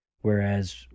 Whereas